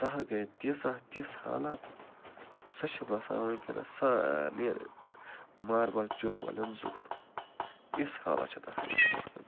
تَتھ گٔے تیٖژاہ تِژ حالات سَہ چھِ بسان وٕںکٮ۪نس سارنِین ماربٕل چوٗلہٕ والین زُیتھ یِژ حالات چھِ تَتھ وٕنکٮ۪نس گٔمٕژ